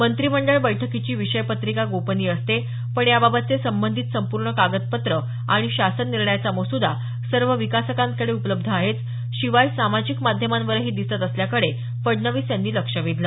मंत्रिमंडळ बैठकीची विषय पत्रिका गोपनीय असते पण याबाबतचे संबंधित संपूर्ण कागदपत्रं आणि शासन निर्णयाचा मसुदा सर्व विकासकांकडे उपलब्ध आहेच शिवाय समाजिक माध्यमावरही दिसत असल्याकडे फडणवीस यांनी लक्ष वेधल